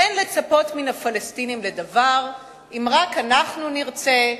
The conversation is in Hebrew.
אין לצפות מהפלסטינים לדבר, אם רק אנחנו נרצה,